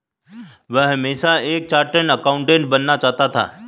वह हमेशा से एक चार्टर्ड एकाउंटेंट बनना चाहता था